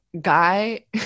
guy